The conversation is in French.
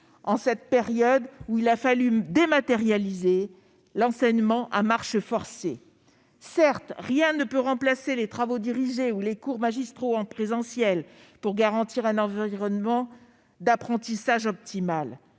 en cette période où il a fallu dématérialiser l'enseignement à marche forcée. Certes, rien ne peut remplacer les travaux dirigés ou les cours magistraux en présentiel pour garantir un environnement d'apprentissage optimal.